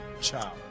ciao